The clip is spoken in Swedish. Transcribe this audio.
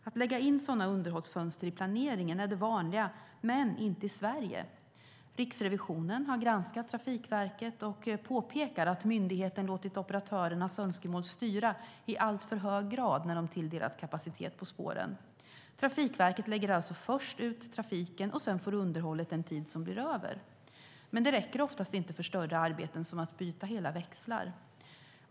Att lägga in sådana underhållsfönster i planeringen är det vanliga, men inte i Sverige. Riksrevisionen har granskat Trafikverket och påpekar att myndigheten låtit operatörernas önskemål styra i alltför hög grad när de tilldelat kapacitet på spåren. Trafikverket lägger alltså först ut trafiken, och sedan får underhållet den tid som blir över. Men det räcker oftast inte för större arbeten som att byta hela växlar.